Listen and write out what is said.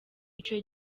ico